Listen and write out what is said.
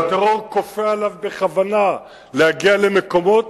והטרור כופה עליו בכוונה להגיע למקומות,